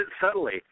subtly